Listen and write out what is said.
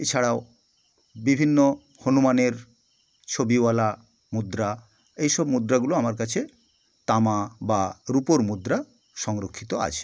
এছাড়াও বিভিন্ন হনুমানের ছবিওয়ালা মুদ্রা এই সব মুদ্রাগুলো আমার কাছে তামা বা রুপোর মুদ্রা সংরক্ষিত আছে